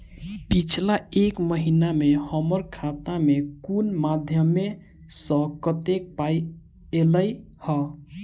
पिछला एक महीना मे हम्मर खाता मे कुन मध्यमे सऽ कत्तेक पाई ऐलई ह?